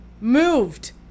moved